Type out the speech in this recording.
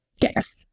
Yes